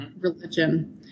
religion